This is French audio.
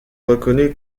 reconnu